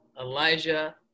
Elijah